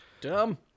Dumb